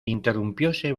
interrumpióse